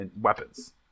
Weapons